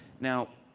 now,